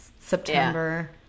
september